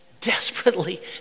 desperately